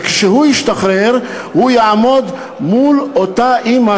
וכשהוא ישתחרר הוא יעמוד מול אותה אימא,